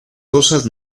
cosas